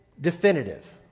definitive